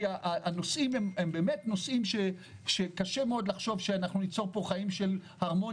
כי הנושאים הם באמת כאלה שקשה לחשוב שאנחנו ניצור פה הרמוניה,